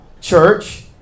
church